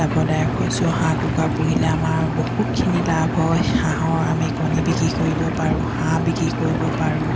লাভদায়ক হৈছোঁ হাঁহ কুকুৰা পুহিলে আমাৰ বহুতখিনি লাভ হয় হাঁহৰ আমি কণী বিক্ৰী কৰিব পাৰোঁ হাঁহ বিক্ৰী কৰিব পাৰোঁ